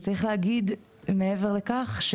צריך להגיד שמעבר לכך,